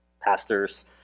pastors